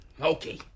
Okay